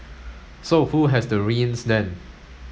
so who has the reins then